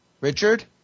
Richard